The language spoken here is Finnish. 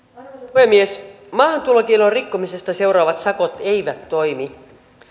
puhemies maahantulokiellon rikkomisesta seuraavat sakot eivät toimi